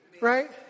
right